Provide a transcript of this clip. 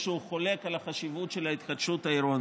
אני לא מכיר היום מישהו שחולק על החשיבות של ההתחדשות העירונית.